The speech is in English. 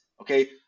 okay